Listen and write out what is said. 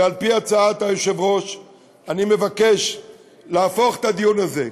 ועל פי הצעת היושב-ראש אני מבקש להפוך את הדיון הזה,